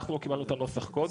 אנחנו לא קיבלנו את הנוסח קודם,